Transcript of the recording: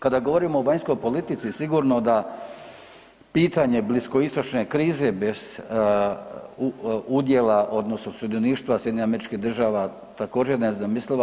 Kada govorimo o vanjskoj politici sigurno da pitanje bliskoistočne krize bez udjela odnosno sudioništva SAD-a također je nezamisliva.